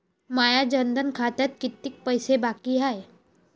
माया जनधन खात्यात कितीक पैसे बाकी हाय?